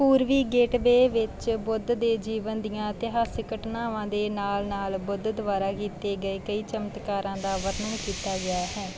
ਪੂਰਬੀ ਗੇਟਵੇ ਵਿੱਚ ਬੁੱਧ ਦੇ ਜੀਵਨ ਦੀਆਂ ਇਤਿਹਾਸਕ ਘਟਨਾਵਾਂ ਦੇ ਨਾਲ ਨਾਲ ਬੁੱਧ ਦੁਆਰਾ ਕੀਤੇ ਗਏ ਕਈ ਚਮਤਕਾਰਾਂ ਦਾ ਵਰਣਨ ਕੀਤਾ ਗਿਆ ਹੈ